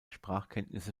sprachkenntnisse